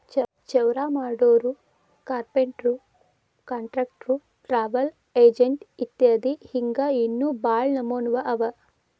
ಚೌರಾಮಾಡೊರು, carpenter, contractor, travel agent ಇತ್ಯದಿ ಹಿಂಗ್ ಇನ್ನೋ ಭಾಳ್ ನಮ್ನೇವ್ ಅವ